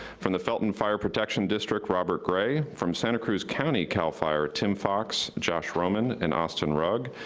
from the felton fire protection district, robert gray. from santa cruz county cal fire tim fox, josh roman, and austin rugg.